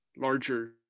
larger